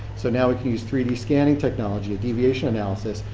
so now we can use three d scanning technology and deviation analysis,